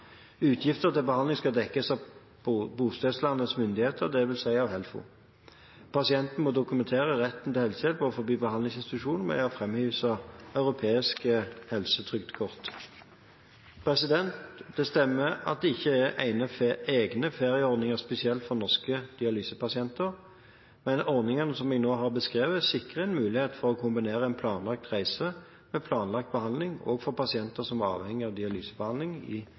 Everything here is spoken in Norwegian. Utgifter til behandling skal dekkes av bostedslandets myndigheter, dvs. av HELFO. Pasienten må dokumentere retten til helsehjelptjenester overfor behandlingsinstitusjonen ved å framvise europeisk helsetrygdkort. Det stemmer at det ikke er egne ferieordninger spesielt for norske dialysepasienter, men ordningen som jeg nå har beskrevet, sikrer en mulighet for å kombinere en planlagt reise med planlagt behandling også for pasienter som er avhengig av dialysebehandling i